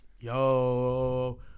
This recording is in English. Yo